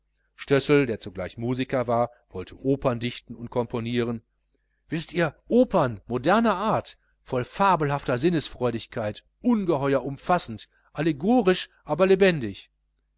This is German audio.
stössel der zugleich musiker war wollte opern dichten und komponieren wißt ihr opern moderner art voll fabelhafter sinnenfreudigkeit ungeheuer umfassend allegorisch aber lebendig